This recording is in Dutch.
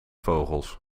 vogels